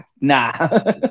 nah